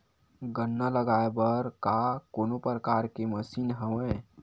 गन्ना लगाये बर का कोनो प्रकार के मशीन हवय?